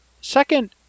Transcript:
second